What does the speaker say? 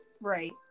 Right